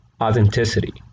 authenticity